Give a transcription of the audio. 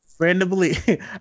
Randomly